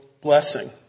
blessing